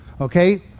Okay